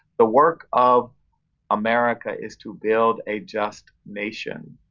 the work of america is to build a just nation.